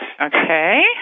Okay